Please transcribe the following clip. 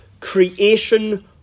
creation